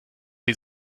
die